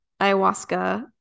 ayahuasca